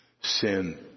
sin